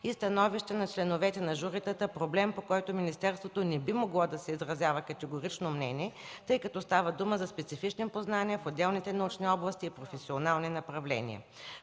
и становищата на членовете на журитата – проблем, по който министерството не би могло да изразява категорично мнение, тъй като става дума за специфични познания в отделните научни области и професионални направления.